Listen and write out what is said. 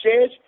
says